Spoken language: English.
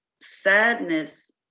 sadness